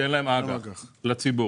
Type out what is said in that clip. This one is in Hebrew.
שאין להן אג"ח לציבור.